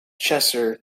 chester